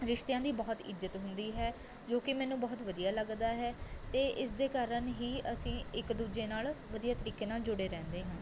ਰਿਸ਼ਤਿਆਂ ਦੀ ਬਹੁਤ ਇੱਜ਼ਤ ਹੁੰਦੀ ਹੈ ਜੋ ਕਿ ਮੈਨੂੰ ਬਹੁਤ ਵਧੀਆ ਲੱਗਦਾ ਹੈ ਅਤੇ ਇਸ ਦੇ ਕਾਰਨ ਹੀ ਅਸੀਂ ਇੱਕ ਦੂਜੇ ਨਾਲ ਵਧੀਆ ਤਰੀਕੇ ਨਾਲ਼ ਜੁੜੇ ਰਹਿੰਦੇ ਹਾਂ